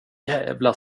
jävla